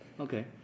Okay